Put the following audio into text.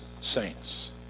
saints